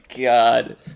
God